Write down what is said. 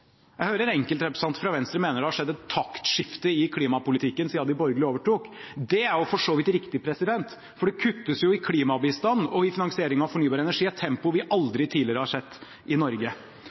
Jeg hørte en enkeltrepresentant fra Venstre mene at det har skjedd et taktskifte i klimapolitikken siden de borgerlige overtok. Det er for så vidt riktig, for det kuttes jo i klimabistand og i finansieringen av fornybar energi i et tempo vi aldri tidligere har sett i Norge.